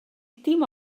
dim